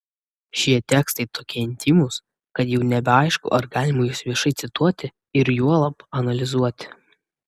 šie tekstai tokie intymūs kad jau nebeaišku ar galima juos viešai cituoti ir juolab analizuoti